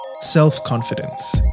self-confidence